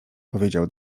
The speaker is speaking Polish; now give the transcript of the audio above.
powiedział